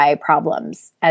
problems